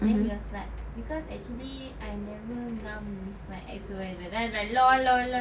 then he was like cause actually I never ngam with my ex-supervisor then I was like LOL LOL LOL